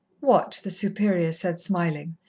what, the superior said, smiling,